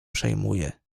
przejmuje